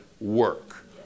work